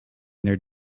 their